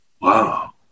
Wow